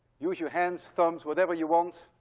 use your hands, thumbs, whatever you want.